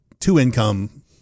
Two-income